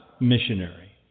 missionary